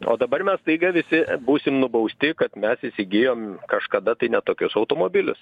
o dabar mes staiga visi būsim nubausti kad mes įsigijom kažkada tai ne tokius automobilius